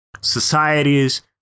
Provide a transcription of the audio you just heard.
societies